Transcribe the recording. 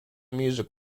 music